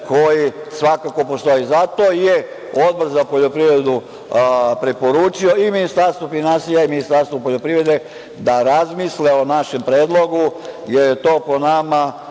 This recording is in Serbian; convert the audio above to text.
koji svakako postoji. Zato je Odbor za poljoprivredu preporučio i Ministarstvu finansija i Ministarstvu poljoprivrede da razmisle o našem predlogu, jer je to po nama